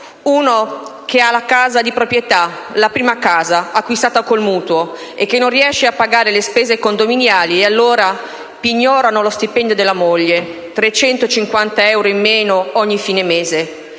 Uno che ha la casa di proprietà, la prima casa, acquistata con il mutuo e che non riesce a pagare le spese condominiali, e allora...pignorano lo stipendio della moglie: 350 euro in meno ogni fine mese.